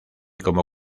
como